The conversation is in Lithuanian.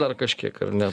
dar kažkiek ar ne